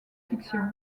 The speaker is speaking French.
fiction